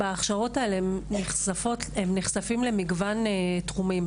בהכשרות האלה הם נחשפים למגוון תחומים,